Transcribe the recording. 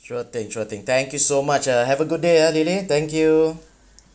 sure thing sure thing thank you so much uh have a good day ah lily thank you